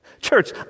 Church